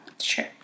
Sure